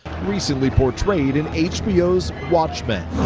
recently portrayed in hbo's watchmen.